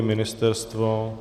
Ministerstvo?